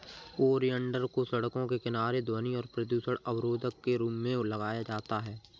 oleander को सड़कों के किनारे ध्वनि और प्रदूषण अवरोधक के रूप में लगाया जाता है